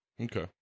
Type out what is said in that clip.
Okay